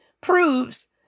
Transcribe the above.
proves